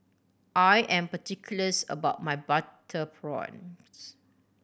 I am particulars about my butter prawns